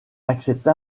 accepta